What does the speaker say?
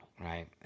right